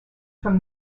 from